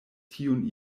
tiun